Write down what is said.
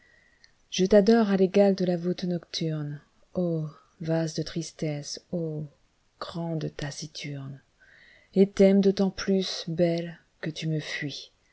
je t'adore à l'égal de la voûte nocturne vase de tristesse ô grande taciturne et t'aime d'autant plus belle que tu me fuis